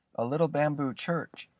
a little bamboo church,